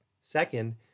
Second